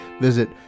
visit